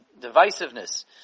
divisiveness